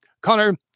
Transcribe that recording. Connor